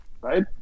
right